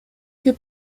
que